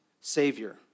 savior